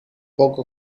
poco